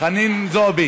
חנין זועבי,